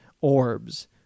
orbs